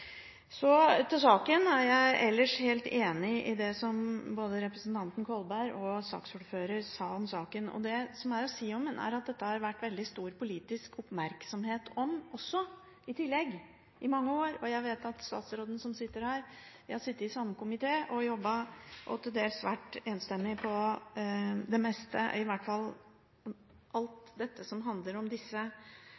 Så til saken: Jeg er ellers helt enig i det som både representanten Kolberg og saksordføreren sa om saken. Det som er å si om den, er at dette har det i mange år også vært veldig stor politisk oppmerksomhet om. Statsråden sitter her – vi har sittet i samme komité og jobbet – og jeg vet at det til dels har vært enstemmighet om det meste, i hvert fall